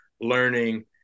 learning